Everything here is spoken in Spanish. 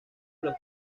los